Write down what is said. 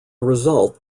result